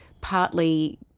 partly